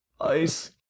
ice